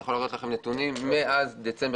אני יכול להראות לכם נתונים מאז דצמבר